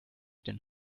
den